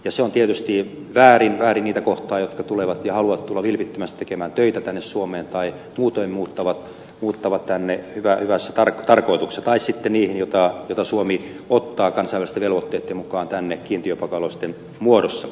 se on tietysti väärin väärin niitä kohtaan jotka tulevat ja haluavat tulla vilpittömästi tekemään töitä tänne suomeen tai muutoin muuttavat tänne hyvässä tarkoituksessa tai sitten niitä kohtaan joita suomi ottaa kansainvälisten velvoitteitten mukaan tänne kiintiöpakolaisten muodossa